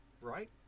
Right